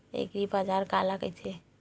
एग्रीबाजार काला कइथे?